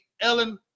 Ellen